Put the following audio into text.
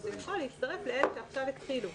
אז הוא יכול להצטרף לאלה שעכשיו התחילו.